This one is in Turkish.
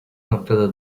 noktada